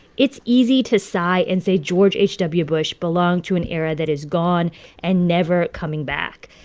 it's easy to sigh and say george h w. bush belonged to an era that is gone and never coming back,